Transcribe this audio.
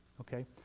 Okay